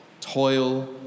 Toil